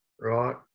right